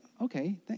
Okay